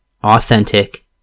Authentic